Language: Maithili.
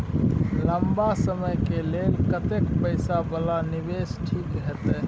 लंबा समय के लेल कतेक पैसा वाला निवेश ठीक होते?